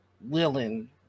willing